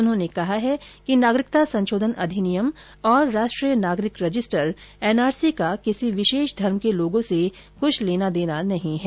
उन्होंने कहा है कि नागरिकता संशोधन अधिनियम और राष्ट्रीय नागरिक रजिस्टर एनआरसी का किसी विशेष धर्म के लोगों से कुछ लेना देना नहीं है